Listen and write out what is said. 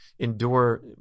endure